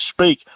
speak